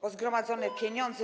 Bo zgromadzone pieniądze.